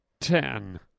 Ten